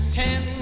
ten